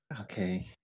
Okay